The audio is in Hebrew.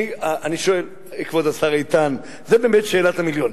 אני שואל, כבוד השר איתן, זו באמת שאלת המיליון.